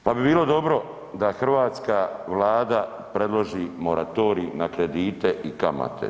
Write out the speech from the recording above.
Pa bi bilo dobro da hrvatska Vlada predloži moratorij na kredite i kamate.